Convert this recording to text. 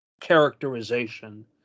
characterization